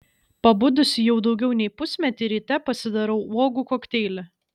pabudusi jau daugiau nei pusmetį ryte pasidarau uogų kokteilį